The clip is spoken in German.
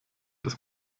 des